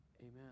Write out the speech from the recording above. Amen